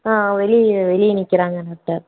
ஆ வெளியில் வெளியே நிற்கிறாங்க டாக்டர்